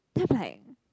then I'm like